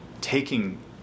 taking